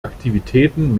aktivitäten